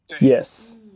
Yes